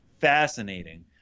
fascinating